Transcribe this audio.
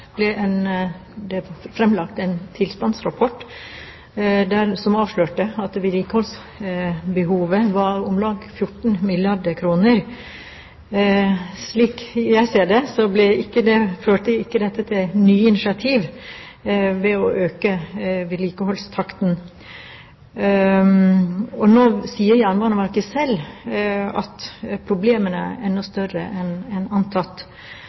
ble det fremlagt en tilstandsrapport som avslørte at vedlikeholdsbehovet var om lag 14 milliarder kr. Slik jeg ser det, førte ikke dette til nye initiativ ved å øke vedlikeholdstakten. Nå sier Jernbaneverket selv at problemene er enda større enn antatt.